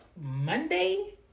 Monday